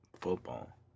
Football